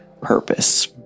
Purpose